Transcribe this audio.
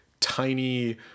Tiny